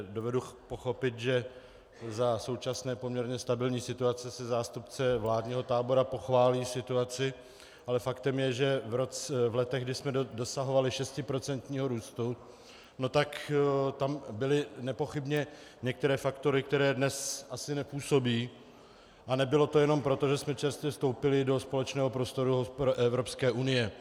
Dovedu pochopit, že za současné poměrně stabilní situace si zástupce vládního tábora pochválí situaci, ale faktem je, že v letech, kdy jsme dosahovali šestiprocentního růstu, tak tam byly nepochybně některé faktory, které dnes asi nepůsobí, a nebylo to jenom proto, že jsme čerstvě vstoupili do společného prostoru Evropské unie.